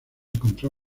encontró